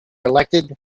elected